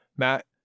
Matt